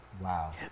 Wow